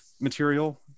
material